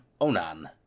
Onan